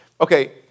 Okay